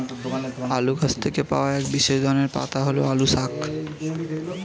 আলু গাছ থেকে পাওয়া এক বিশেষ ধরনের পাতা হল আলু শাক